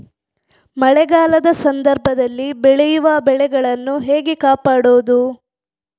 ಮಳೆಗಾಲದ ಸಂದರ್ಭದಲ್ಲಿ ಬೆಳೆಯುವ ಬೆಳೆಗಳನ್ನು ಹೇಗೆ ಕಾಪಾಡೋದು?